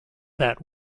that